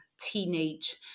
teenage